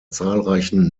zahlreichen